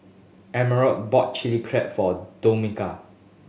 Americo bought Chilli Crab for Dominga